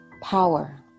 power